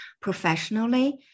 professionally